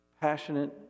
passionate